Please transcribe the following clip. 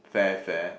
fair fair